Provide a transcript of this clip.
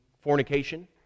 Fornication